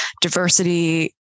Diversity